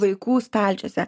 vaikų stalčiuose